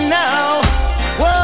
now